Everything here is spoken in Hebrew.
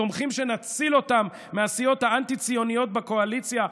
סומכים שנציל אותם מהסיעות האנטי-ציוניות בקואליציה.